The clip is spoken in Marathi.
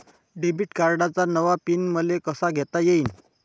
डेबिट कार्डचा नवा पिन मले कसा घेता येईन?